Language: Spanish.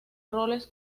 roles